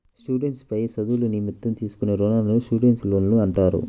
students పై చదువుల నిమిత్తం తీసుకునే రుణాలను స్టూడెంట్స్ లోన్లు అంటారు